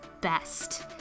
best